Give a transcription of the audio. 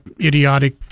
idiotic